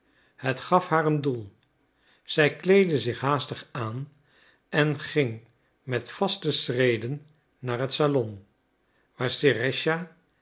het gaf haar een doel zij kleedde zich haastig aan en ging met vaste schreden naar het salon waar serëscha